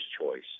choice